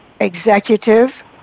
executive